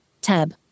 Tab